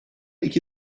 iki